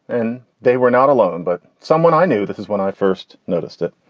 and they were not alone. but someone i knew. this is when i first noticed it.